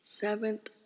Seventh